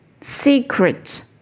Secret